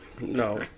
No